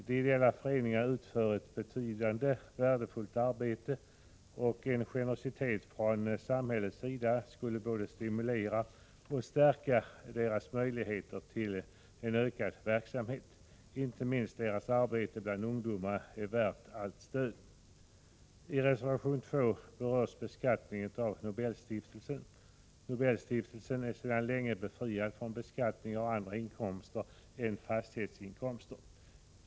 De ideella föreningarna utför ett betydande och värdefullt arbete, och en generositet från samhällets sida skulle både stimulera och stärka deras möjligheter till ökad verksamhet. Inte minst deras arbete bland ungdomar är värt allt stöd. I reservation 2 berörs frågan om beskattningen av Nobelstiftelsen. Nobelstiftelsen är sedan länge befriad från beskattning av andra inkomster än fastighetsinkomster.